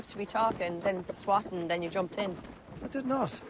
to be talking, then swatting, then you jumped in. i did not.